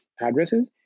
addresses